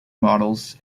models